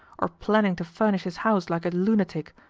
or planning to furnish his house like a lunatic,